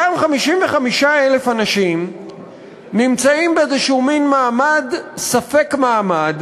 אותם 55,000 אנשים נמצאים באיזה מין מעמד ספק-מעמד.